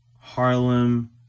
Harlem